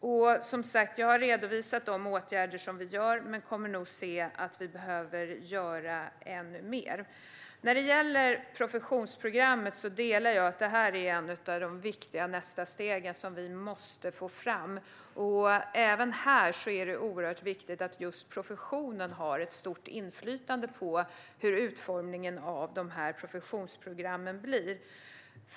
Jag har som sagt redovisat de åtgärder som vi vidtar, men vi kommer nog att se att vi behöver göra än mer. När det gäller professionsprogrammet delar jag synen att det här är ett av de viktiga nästa steg som vi måste få fram. Även här är det oerhört viktigt att just professionen har ett stort inflytande på hur utformningen av de här professionsprogrammen blir.